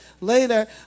later